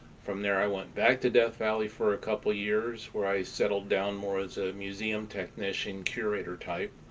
from there, i went back to death valley for a couple of years, where i settled down more as a museum technician curator type.